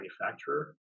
manufacturer